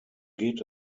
geht